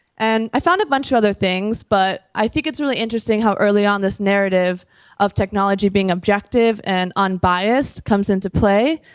and i found a bunch of other things, but i think it's really interesting how early on this narrative of technology being objective and unbiased comes into play,